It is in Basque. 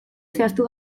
zehaztu